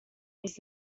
was